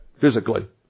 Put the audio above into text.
physically